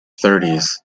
thirties